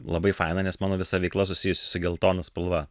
labai faina nes mano visa veikla susijusi su geltona spalva